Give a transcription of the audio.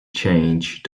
change